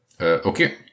Okay